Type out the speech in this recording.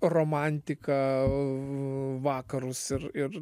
romantiką vakarus ir ir